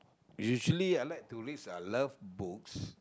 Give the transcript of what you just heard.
usually I like to read some love books